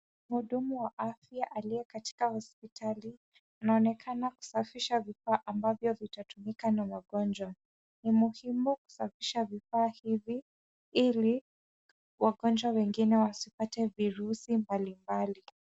Muh Mhudumu wa afya aliye katika hospitali. Anaonekana kusafisha vifaa ambavyo vitatumika na wagonjwa, ni muhimu kusafisha vifaa hivi ili wagonjwa wengine wasipate virusi mbali mbali.